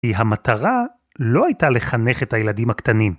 המטרה לא הייתה לחנך את הילדים הקטנים.